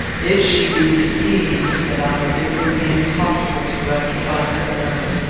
if she be deceived, said i, it will be impossible to rectify her error.